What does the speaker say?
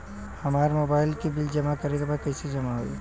हमार मोबाइल के बिल जमा करे बा कैसे जमा होई?